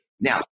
Now